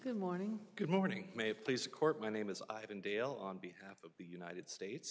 good morning good morning may please court my name is ivan dale on behalf of the united states